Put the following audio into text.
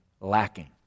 lacking